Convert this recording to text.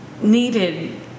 needed